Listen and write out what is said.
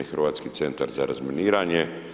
Hrvatski centar za razminiranje.